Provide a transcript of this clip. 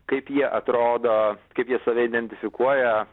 kaip jie atrodo kaip jie save identifikuoja